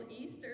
Easter